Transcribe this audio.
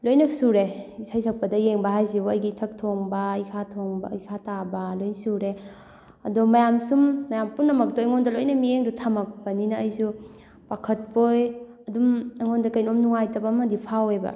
ꯂꯣꯏꯅ ꯁꯨꯨꯔꯦ ꯏꯁꯩ ꯁꯛꯄꯗ ꯌꯦꯡꯕ ꯍꯥꯏꯁꯤꯕꯣ ꯑꯩꯒꯤ ꯏꯊꯛ ꯊꯣꯡꯕ ꯏꯈꯥ ꯊꯣꯡꯕ ꯏꯈꯥ ꯊꯥꯕ ꯂꯣꯏ ꯁꯨꯨꯔꯦ ꯑꯗꯣ ꯃꯌꯥꯝ ꯁꯨꯝ ꯃꯌꯥꯝ ꯄꯨꯝꯅꯃꯛꯇꯣ ꯑꯩꯉꯣꯟꯗ ꯂꯣꯏꯅ ꯃꯤꯠꯌꯦꯡꯗꯣ ꯊꯝꯃꯛꯄꯅꯤꯅ ꯑꯩꯁꯨ ꯄꯥꯈꯠꯄꯣꯏ ꯑꯗꯨꯝ ꯑꯩꯉꯣꯟꯗ ꯀꯩꯅꯣꯝ ꯅꯨꯡꯉꯥꯏꯇꯕ ꯑꯃꯗꯤ ꯐꯥꯎꯋꯦꯕ